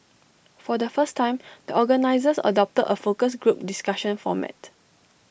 for the first time the organisers adopted A focus group discussion format